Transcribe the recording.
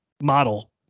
model